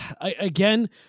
again